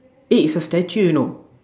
it's a statue you know